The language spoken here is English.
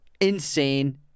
insane